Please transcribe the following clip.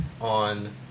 on